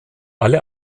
alle